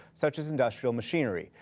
such as industrial machinery.